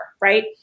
right